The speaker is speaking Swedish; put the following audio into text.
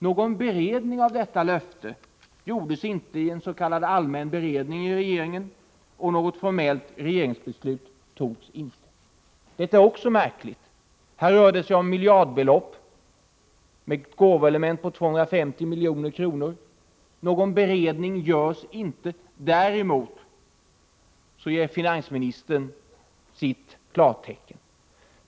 Någon beredning av detta löfte gjordes inte i en s.k. allmän beredning i regeringen och något formellt regeringsbeslut fattades inte. Detta är också märkligt. Här rör det sig om miljardbelopp, med ett gåvoelement på 250 milj.kr. Någon dragning i allmän beredning görs inte. Däremot ger finansministern sitt klartecken.